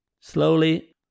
slowly